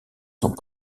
sont